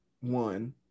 one